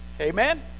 Amen